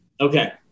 Okay